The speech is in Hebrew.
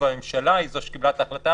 והממשלה היא זו שקיבלה את ההחלטה,